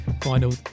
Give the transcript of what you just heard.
final